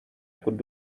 could